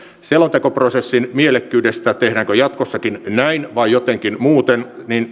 selontekoprosessin mielekkyydestä tehdäänkö jatkossakin näin vai jotenkin muuten